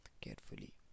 carefully